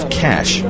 cash